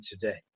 today